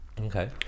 Okay